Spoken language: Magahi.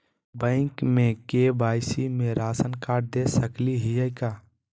बैंक में के.वाई.सी में राशन कार्ड दे सकली हई का?